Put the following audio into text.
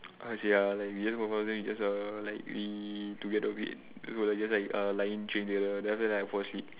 how to say ah like we we just err like we together a bit before we just like err lying in the bed then after that I fall asleep